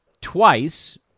twice